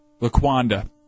Laquanda